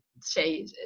say